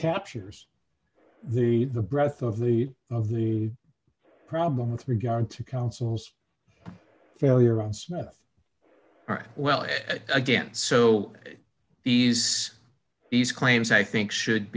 captures the breadth of the of the problem with regard to council's failure well again so these these claims i think should